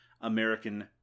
American